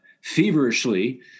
feverishly